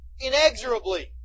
inexorably